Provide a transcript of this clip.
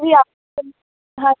ਤੁਸੀਂ ਆਪ ਹਾਂ